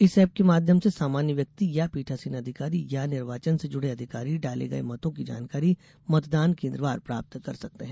इस एप के माध्यम से सामान्य व्यक्ति या पीठासीन अधिकारी या निर्वाचन से जुड़े अधिकारी डाले गए मतों की जानकारी मतदान केन्द्रवार प्राप्त कर सकतें है